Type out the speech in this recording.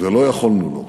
ולא יכולנו לו,